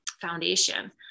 foundation